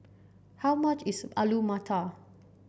how much is Alu Matar